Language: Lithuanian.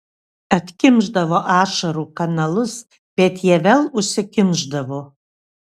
atkimšdavo ašarų kanalus bet jie vėl užsikimšdavo